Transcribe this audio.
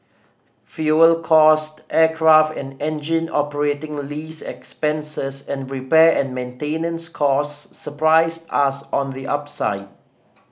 fuel cost aircraft and engine operating lease expenses and repair and maintenance costs surprised us on the upside